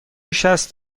شصت